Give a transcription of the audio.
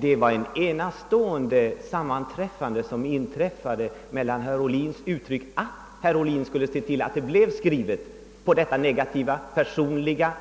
Det var ett enastående sammanträffande mellan herr Ohlins yttrande att han skulle se till att det blev skrivet på det negativa, personliga